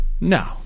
no